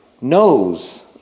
knows